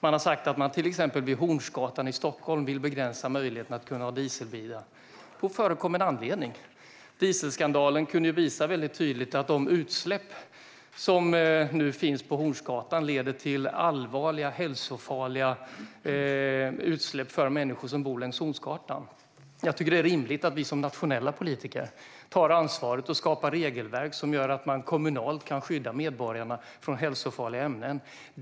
Man har sagt att man till exempel vid Hornsgatan i Stockholm vill begränsa möjligheten att kunna ha dieselbilar, på förekommen anledning. Dieselskandalen kunde väldigt tydligt visa att de utsläpp som nu finns på Hornsgatan är allvarliga hälsofarliga utsläpp för människor som bor längs Hornsgatan. Jag tycker att det är rimligt att vi som nationella politiker tar ansvaret och skapar regelverk som gör att man kommunalt kan skydda medborgarna från hälsofarliga ämnen.